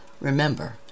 Remember